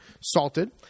salted